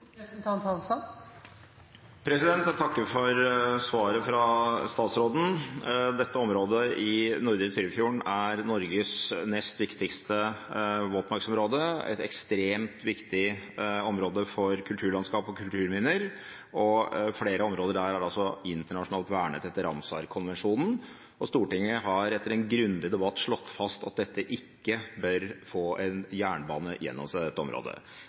Jeg takker for svaret fra statsråden. Dette området i Nordre Tyrifjorden er Norges nest viktigste våtmarksområde, et ekstremt viktig område for kulturlandskap og kulturminner. Flere områder der er internasjonalt vernet etter Ramsarkonvensjonen. Stortinget har etter en grundig debatt slått fast at dette området ikke bør få en jernbane gjennom seg. Kan miljøministeren forklare hva det er som har endret seg, sett fra et